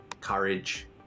courage